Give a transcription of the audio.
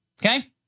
okay